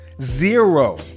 zero